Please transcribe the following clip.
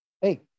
Hey